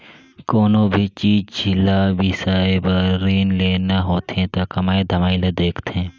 कोनो भी चीच ल बिसाए बर रीन लेना होथे त कमई धमई ल देखथें